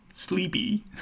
sleepy